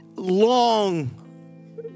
long